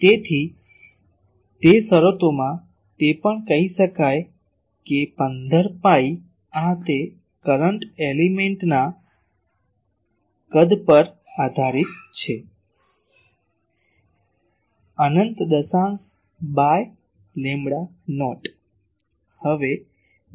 તેથી તે શરતોમાં તે પણ કહી શકાય કે 15 પાઈ આ તે કરંટ એલીમેન્ટના કદ પર આધારિત છે અનંત દશાંશ બાય લેમ્બડા નોટ